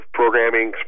programming